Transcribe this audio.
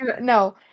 No